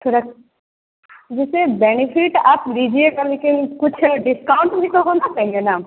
थोरा जैसे बेनीफिट आप दीजिएगा लेकिन कुछ डिस्काउंट भी तो होना चाहिए न